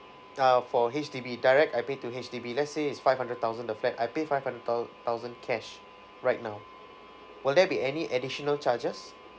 uh for H_D_B direct I pay to H_D_B let's say it's five hundred thousand the flat I pay five hundred thou~ thousand cash right now will there be any additional charges